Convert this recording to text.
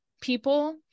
people